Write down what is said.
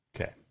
Okay